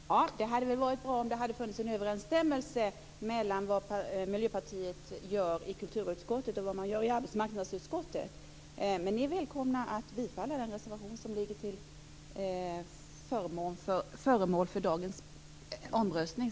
Fru talman! Det hade varit bra om det hade funnits en överensstämmelse mellan det som Miljöpartiet gör i kulturutskottet och vad det gör i arbetsmarknadsutskottet, men ni är välkomna att biträda den motion som senare i dag blir föremål för omröstning.